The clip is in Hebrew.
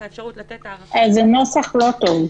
אפשרות לתת הארכה --- זה נוסח לא טוב.